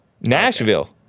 Nashville